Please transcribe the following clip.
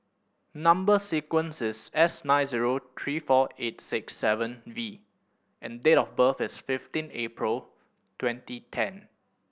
number sequence is S nine zero three four eight six seven V and date of birth is fifteen April twenty ten